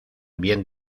bien